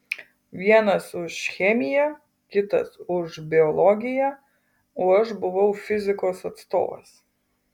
vienas už chemiją kitas už biologiją o aš buvau fizikos atstovas